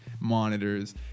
monitors